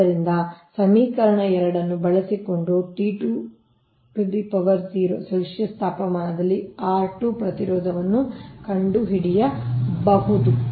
ಆದ್ದರಿಂದ ಸಮೀಕರಣ 2 ಅನ್ನು ಬಳಸಿಕೊಂಡು ಸೆಲ್ಸಿಯಸ್ ತಾಪಮಾನದಲ್ಲಿ ಪ್ರತಿರೋಧವನ್ನು ಕಂಡುಹಿಡಿಯಬಹುದು